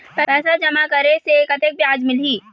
पैसा जमा करे से कतेक ब्याज मिलही?